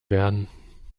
werden